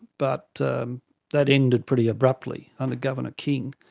but that ended pretty abruptly under governor king.